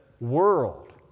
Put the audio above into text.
world